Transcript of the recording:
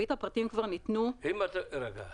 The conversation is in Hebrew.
אני אומר בהומור,